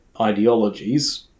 ideologies